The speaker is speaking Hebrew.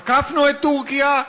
עקפנו את טורקיה,